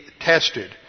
tested